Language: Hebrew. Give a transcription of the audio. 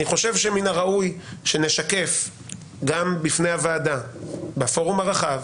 אני חושב שמן הראוי שנשקף גם בפני הוועדה בפורום הרחב,